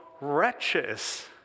wretches